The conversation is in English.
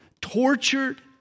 tortured